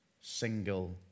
single